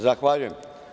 Zahvaljujem.